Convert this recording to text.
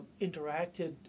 interacted